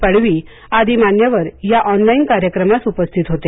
पाडवी आदी मान्यवर या ऑनलाईन कार्यक्रमास उपस्थित होते